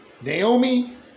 Naomi